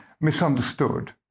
misunderstood